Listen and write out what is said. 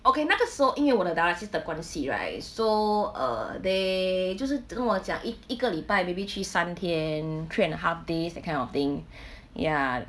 okay 那个时候因为我的 dialysis 的关系 right so uh they 就是跟我讲一一个礼拜 maybe 去三天 three and a half days that kind of thing ya